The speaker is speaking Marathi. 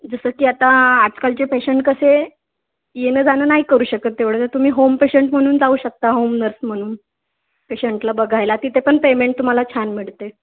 जसं की आता आजकालचे पेशंट कसे येणंजाणं नाही करू शकत तेवढं तर तुम्ही होम पेशंट म्हणून जाऊ शकता होम नर्स म्हणून पेशंटला बघायला तिथे पण पेमेंट तुम्हाला छान मिळते